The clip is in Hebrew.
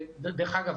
דרך אגב,